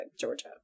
Georgia